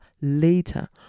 later